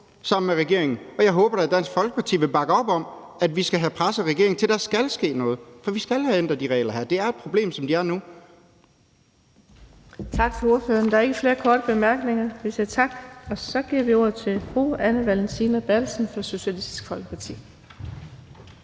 sammen med regeringen, og jeg håber da, at Dansk Folkeparti vil bakke op om, at vi skal have presset regeringen til, at der skal ske noget. For vi skal have ændret de regler her. Det er et problem, som de er nu. Kl. 17:12 Den fg. formand (Birgitte Vind): Tak til ordføreren. Der er ikke flere bemærkninger, så vi siger tak. Så giver vi ordet til fru Anne Valentina Berthelsen fra Socialistisk Folkeparti.